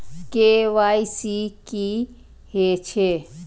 KYC की हे छे?